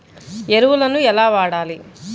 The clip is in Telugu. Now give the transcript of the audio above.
ఎరువులను ఎలా వాడాలి?